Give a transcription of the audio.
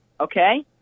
Okay